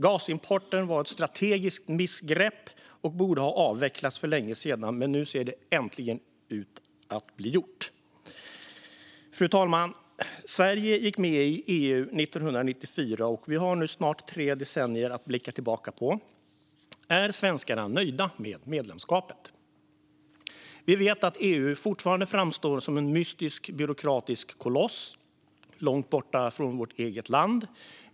Gasimporten var ett strategiskt missgrepp och borde ha avvecklats för länge sedan, men nu ser det äntligen ut att bli gjort. Fru talman! Sverige gick med i EU 1994, och vi har nu snart tre decennier att blicka tillbaka på. Är svenskarna nöjda med medlemskapet? Vi vet att EU fortfarande framstår som en mystisk byråkratisk koloss långt bort från vårt eget land.